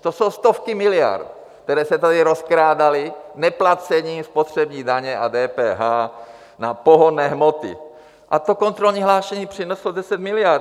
To jsou stovky miliard, které se tady rozkrádaly neplacením spotřební daně a DPH na pohonné hmoty, a kontrolní hlášení přineslo 10 miliard.